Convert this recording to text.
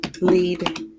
lead